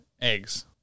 eggs